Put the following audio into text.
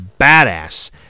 badass